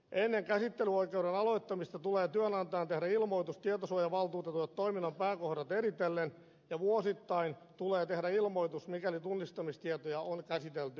ennen käsit telyoikeuden aloittamista tulee työnantajan tehdä ilmoitus tietosuojavaltuutetulle toiminnan pääkohdat eritellen ja vuosittain tulee tehdä ilmoitus mikäli tunnistamistietoja on käsitelty manuaalisesti